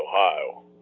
Ohio